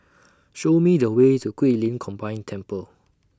Show Me The Way to Guilin Combined Temple